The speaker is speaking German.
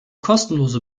kostenlose